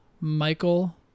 Michael